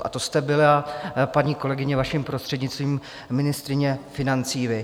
A to jste byla, paní kolegyně, vaším prostřednictvím, ministryní financí vy.